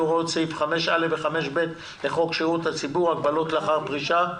הוראות סעיפים 5א ו-5ב לחוק שירות הציבור (הגבלות לאחר פרישה),